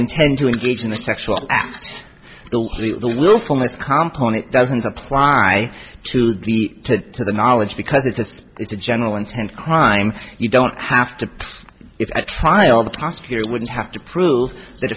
intend to engage in the sexual act the little for most competent it doesn't apply to the to the knowledge because it's a it's a general intent crime you don't have to try all the prosecutor wouldn't have to prove th